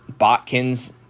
Botkins